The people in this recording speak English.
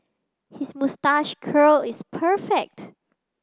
his moustache curl is perfect